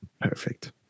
Perfect